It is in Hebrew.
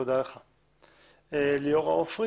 ליאורה עופרי